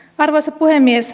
arvoisa puhemies